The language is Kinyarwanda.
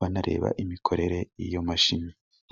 banareba imikorere y'iyo mashini.